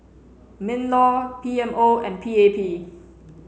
mean law P M O and P A P